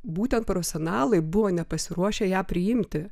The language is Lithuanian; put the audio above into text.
būtent profesionalai buvo nepasiruošę ją priimti